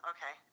Okay